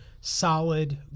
solid